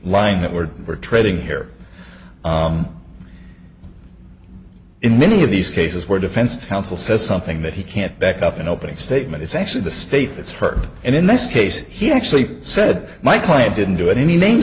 line that we're we're treading here in many of these cases where defense counsel says something that he can't back up an opening statement it's actually the state that's heard and in this case he actually said my client didn't do any name